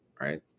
right